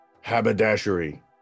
Haberdashery